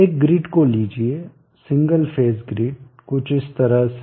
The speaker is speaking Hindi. एक ग्रिड को लीजिये सिंगल फेज ग्रिड कुछ इस तरह से